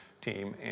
team